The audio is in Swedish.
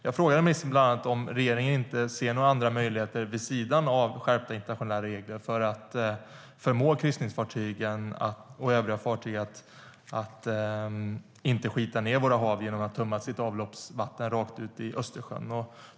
Jag frågade ministern bland annat om regeringen inte ser några andra möjligheter vid sidan av skärpta internationella regler för att förmå kryssningsfartyg och övriga fartyg att inte skita ned våra hav genom att tömma sitt avloppsvatten rakt ut i Östersjön.